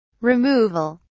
removal